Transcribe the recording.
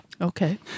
Okay